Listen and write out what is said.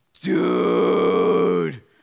Dude